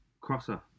Crosser